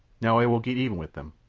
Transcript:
now i will get even with them.